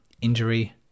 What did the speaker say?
injury